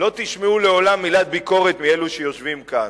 לא תשמעו לעולם מילת ביקורת מאלה שיושבים כאן.